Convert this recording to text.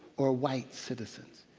or white citizens.